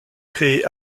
créé